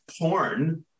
porn